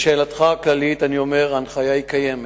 לשאלתך הכללית אני אומר, ההנחיה קיימת.